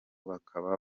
bakaba